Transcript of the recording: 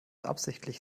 absichtlich